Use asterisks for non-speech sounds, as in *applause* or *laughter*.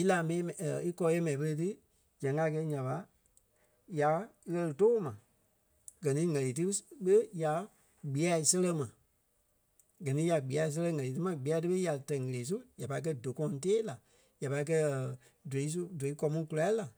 ílaa mii yée mɛi *hesitation* íkɔɔ yée mɛi pere ti zɛŋ a gɛ̀ nya ɓa ya ɣɛ́li tóo ma, gɛ ni ŋ̀ɛ́lii ti ɓé ya gbêya sɛlɛŋ ma. Gɛ ni ya gbêya sɛlɛŋ ɣɛli ti ma gbêya ti ɓé ya tɛ̀ ɣele su ya pài kɛi dou kɔ̃ɔŋ tée la. Ya pai kɛi *hesitation* dóui su dóui gɔ̂ŋ mu kula lai